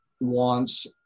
wants